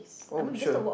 oh sure